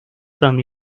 from